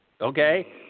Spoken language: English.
Okay